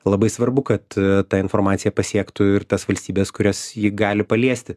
labai svarbu kad ta informacija pasiektų ir tas valstybes kurias ji gali paliesti